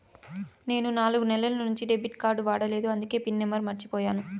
నేను నాలుగు నెలల నుంచి డెబిట్ కార్డ్ వాడలేదు అందికే పిన్ నెంబర్ మర్చిపోయాను